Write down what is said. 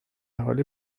حال